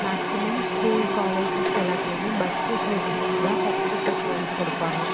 maximum school colleges எல்லாத்துலையுமே bus ஃபெசிலிட்டிஸ்க்கு தான் ஃபர்ஸ்ட்டு ப்ரிஃபரன்ஸ் கொடுப்பாங்க